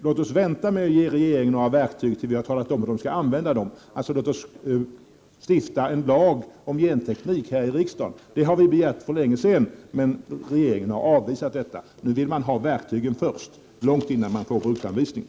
Låt oss vänta med att ge regeringen verktyg tills vi har talat om hur man skall använda dem. Låt oss alltså stifta en lag om genteknik här i riksdagen. Det har vi begärt för länge sedan, men regeringen har avvisat detta. Regeringen vill ha verktygen först, långt innan man har fått bruksanvisningarna.